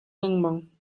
lengmang